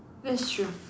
that's true